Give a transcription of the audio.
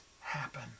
happen